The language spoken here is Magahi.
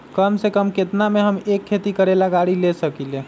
कम से कम केतना में हम एक खेती करेला गाड़ी ले सकींले?